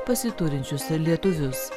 pasiturinčius lietuvius